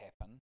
happen